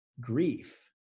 grief